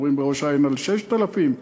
מדברים בראש-העין על 6,000,